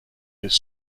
his